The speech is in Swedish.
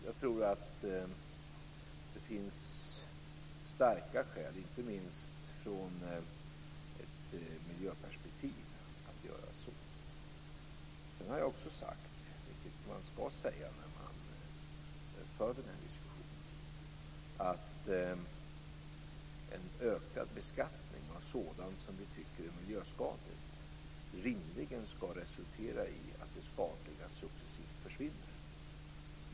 Jag tror att det finns starka skäl, inte minst i ett miljöperspektiv, att göra så. Jag har också sagt, vilket man skall säga när man för den här diskussionen, att en ökad beskattning av sådant som vi tycker är miljöskadligt rimligen skall resultera i att det skadliga successivt försvinner.